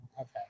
Okay